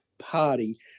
party